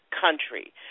country